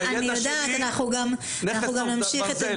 הידע שלי הוא נכס צאן ברזל.